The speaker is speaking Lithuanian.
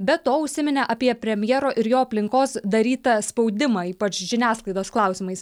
be to užsiminė apie premjero ir jo aplinkos darytą spaudimą ypač žiniasklaidos klausimais